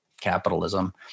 capitalism